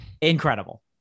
incredible